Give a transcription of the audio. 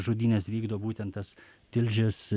žudynes vykdo būtent tas tilžės